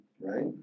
Right